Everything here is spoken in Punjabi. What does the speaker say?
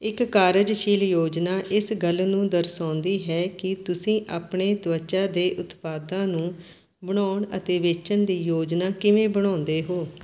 ਇੱਕ ਕਾਰਜਸ਼ੀਲ ਯੋਜਨਾ ਇਸ ਗੱਲ ਨੂੰ ਦਰਸਾਉਂਦੀ ਹੈ ਕੀ ਤੁਸੀਂ ਆਪਣੇ ਤਵੱਚਾ ਦੇ ਉਤਪਾਦਾਂ ਨੂੰ ਬਣਾਉਣ ਅਤੇ ਵੇਚਣ ਦੀ ਯੋਜਨਾ ਕਿਵੇਂ ਬਣਾਉਂਦੇ ਹੋ